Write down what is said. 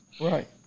Right